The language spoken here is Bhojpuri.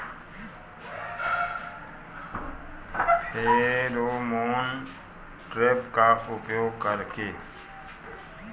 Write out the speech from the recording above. फेरोमोन ट्रेप का उपयोग कर के?